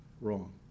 wrong